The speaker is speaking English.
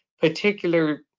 particular